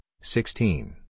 sixteen